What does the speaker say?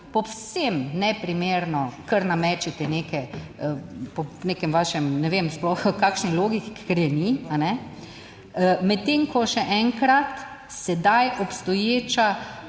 povsem neprimerno, kar na mečete nekaj po nekem vašem ne vem sploh kakšni logiki, ker je ni, a ne? Medtem ko še enkrat, sedaj obstoječa